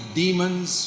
demons